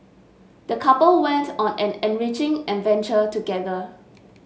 the couple went on an enriching adventure together